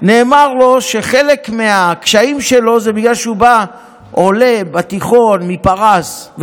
נאמר לו שחלק מהקשיים שלו זה בגלל שהוא עלה לארץ בתיכון מפרס,